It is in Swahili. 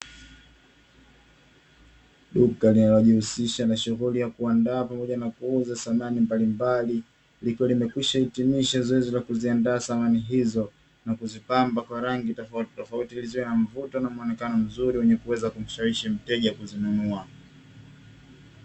Duka linalojihusisha na shughuli ya kuandaa pamoja na kuuza samani mbalimbali, likiwa limekwisha hitimisha zoezi la kuziandaa samani hizo na kuzipamba kwa rangi tofautitofauti, ili ziwe na mvuto na muonekano mzuri wenye kuweza kumshawishi mteja kuzinunua.